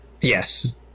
Yes